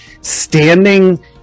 standing